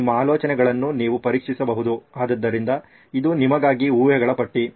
ನಿಮ್ಮ ಆಲೋಚನೆಗಳನ್ನು ನೀವು ಪರೀಕ್ಷಿಸಬಹುದು ಆದ್ದರಿಂದ ಇದು ನಿಮಗಾಗಿ ಊಹೆಗಳ ಪಟ್ಟಿ